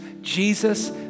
Jesus